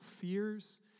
fears